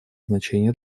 значение